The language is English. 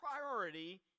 priority